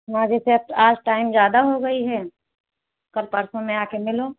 ना जैसे अब आज टाइम ज़्यादा हो गई है कल परसों में आकर मिलो